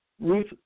Ruth